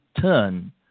turn